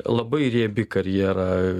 labai riebi karjera